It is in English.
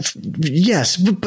Yes